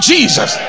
Jesus